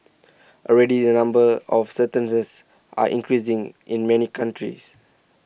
already the number of certain this are increasing in many countries